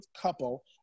couple